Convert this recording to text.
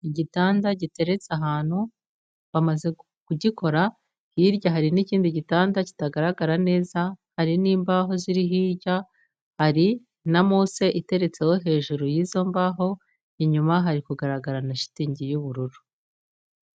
Igitanda giteretse ahantu bamaze kugikora, hirya hari n'ikindi gitanda kitagaragara neza, hari n'imbaho ziri hirya, hari na mose iteretseho hejuru y'izo mbaho, inyuma hari kugaragara na shitingi y'ubururu.